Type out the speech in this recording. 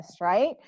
right